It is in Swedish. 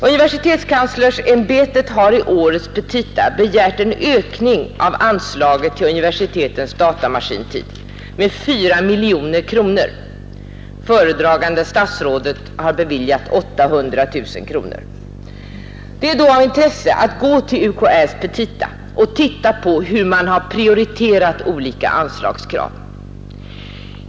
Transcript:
Universitetskanslersämbetet har i årets petita begärt en ökning av anslaget till universitetens datamaskintid med 4 miljoner kronor — föredragande statsrådet har beviljat 800 000 kronor. Det är av intresse att gå till UKÄ:s petita och titta på hur man har prioriterat olika anslagskrav.